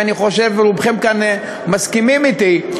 ואני חושב רובכם כאן מסכימים אתי,